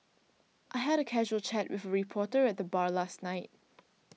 I had a casual chat with reporter at the bar last night